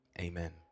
Amen